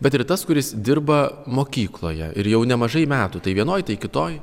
bet ir tas kuris dirba mokykloje ir jau nemažai metų tai vienoj tai kitoj